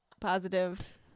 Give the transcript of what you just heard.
Positive